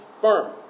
firm